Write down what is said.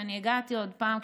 פעם,